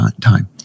time